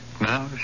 now